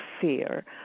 fear